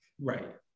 Right